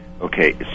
Okay